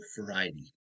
variety